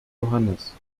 johannes